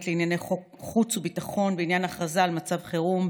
לענייני חוץ וביטחון בעניין הכרזה על מצב חירום,